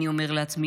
אני אומר לעצמי,